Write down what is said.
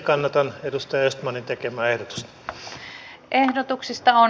kannatan edustaja östmanin tekemää ehdotusta